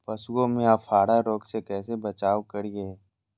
पशुओं में अफारा रोग से कैसे बचाव करिये?